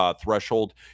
threshold